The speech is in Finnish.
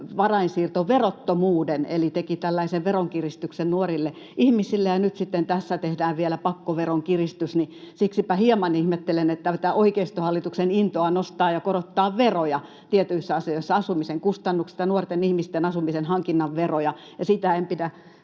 varainsiirtoverottomuuden eli teki tällaisen veronkiristyksen nuorille ihmisille. Ja nyt sitten tässä tehdään vielä pakkoveronkiristys. Siksipä hieman ihmettelen tätä oikeistohallituksen intoa nostaa ja korottaa veroja tietyissä asioissa, asumisen kustannusten ja nuorten ihmisten asumisen hankinnan veroja, ja sitä en pidä